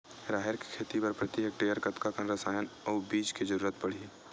राहेर के खेती बर प्रति हेक्टेयर कतका कन रसायन अउ बीज के जरूरत पड़ही?